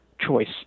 choice